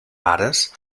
pares